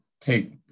take